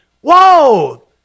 Whoa